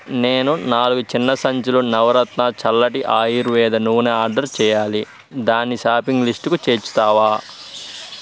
నేను నాలుగు చిన్న సంచులు నవరత్న చల్లటి ఆయుర్వేద నూనె ఆర్డర్ చేయాలి దాన్ని షాపింగ్ లిస్టుకి చేర్చుతావా